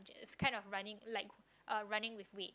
is kind of running like uh running with weight